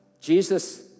Jesus